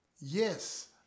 Yes